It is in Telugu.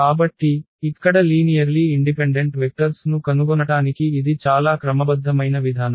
కాబట్టి ఇక్కడ లీనియర్లీ ఇండిపెండెంట్ వెక్టర్స్ ను కనుగొనటానికి ఇది చాలా క్రమబద్ధమైన విధానం